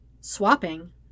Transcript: Swapping